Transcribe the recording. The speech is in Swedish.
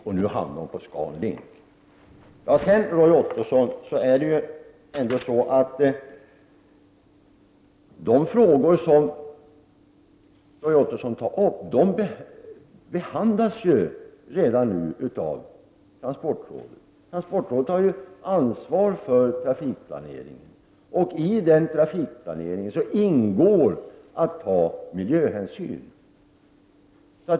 Den här gången hamnade hon på ScanLink. De frågor som Roy Ottosson tar upp behandlas redan nu av transportrådet. Transportrådet har ansvar för trafikplanering, och i trafikplaneringen ingår att ta miljöhänsyn.